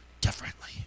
differently